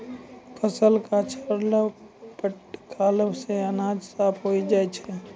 फसल क छाड़ला फटकला सें अनाज साफ होय जाय छै